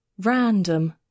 random